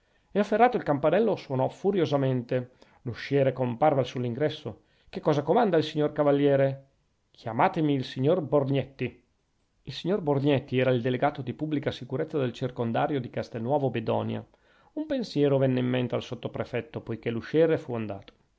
e afferrato il campanello suonò furiosamente l'usciere comparve sull'ingresso che cosa comanda il signor cavaliere chiamatemi il signor borgnetti il signor borgnetti era il delegato di pubblica sicurezza del circondario di castelnuovo bedonia un pensiero venne in mente al sottoprefetto poichè l'usciere